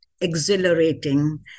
exhilarating